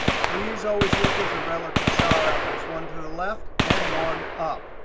please always look as a relative cell reference one to the left and one up.